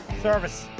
service.